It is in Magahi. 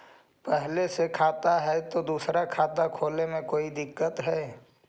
पहले से खाता है तो दूसरा खाता खोले में कोई दिक्कत है?